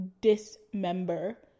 dismember